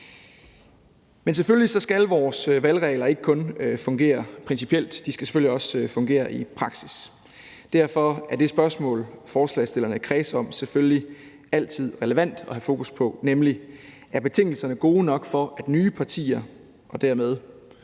Men selvfølgelig skal vores valgregler og ikke kun fungere principielt; de skal også fungere i praksis. Derfor er det spørgsmål, forslagsstillerne kredser om, selvfølgelig altid relevant at have fokus på, nemlig om betingelserne er gode nok for, at nye partier og dermed